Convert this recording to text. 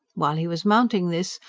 while he was mounting this,